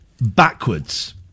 backwards